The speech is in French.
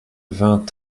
vingt